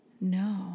No